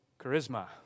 charisma